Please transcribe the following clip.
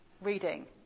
reading